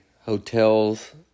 hotels